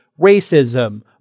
racism